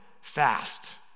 fast